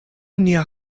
nia